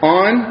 on